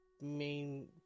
Main